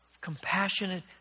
Compassionate